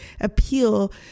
appeal